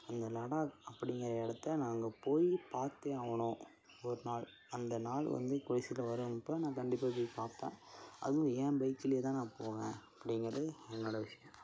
அந்த லடாக் அப்படிங்கிற இடத்தை நான் அங்கே போயி பார்த்தே ஆகணும் ஒரு நாள் அந்த நாள் வந்து கூடிய சீக்கிரம் வரும் அதுக்கப்புறம் நான் கண்டிப்பாக போய் பார்ப்பேன் அதுவும் ஏன் பைக்லியே தான் நான் போவேன் அப்படிங்கறது என்னோடய விஷயம்